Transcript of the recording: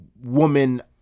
woman